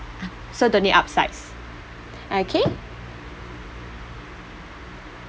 so don't need upsize okay